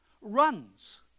Runs